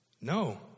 No